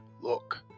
look